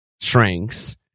shrinks